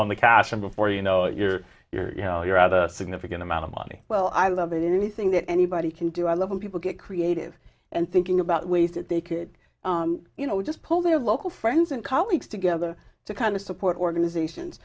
on the cash and before you know it you're here you know you're out a significant amount of money well i love anything that anybody can do i love when people get creative and thinking about ways that they could you know just pull their local friends and colleagues together to kind of support organizations